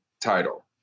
title